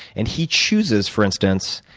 and he chooses, for instance,